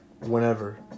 whenever